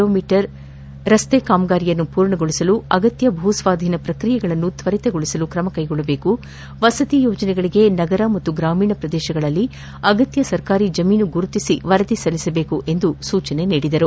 low metre ರಸ್ತೆ ಕಾಮಗಾರಿಯನ್ನು ಪೂರ್ಣಗೊಳಿಸಲು ಅಗತ್ಯ ಭೂಸ್ವಾಧೀನ ಪ್ರಕ್ರಿಯೆಗಳನ್ನು ತ್ವರಿತಗೊಳಿಸಲು ಕ್ರಮ ಕೈಗೊಳ್ಳಬೇಕು ವಸತಿಯೋಜನೆಗಳಿಗೆ ನಗರ ಮತ್ತು ಗ್ರಾಮೀಣ ಪ್ರದೇಶಗಳಲ್ಲಿ ಅಗತ್ಯ ಸರ್ಕಾರಿ ಜಮೀನು ಗುರುತಿಸಿ ವರದಿ ಸಲ್ಲಿಸುವಂತೆ ಸೂಚನೆ ನೀಡಿದರು